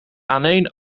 aaneen